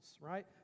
right